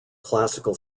classical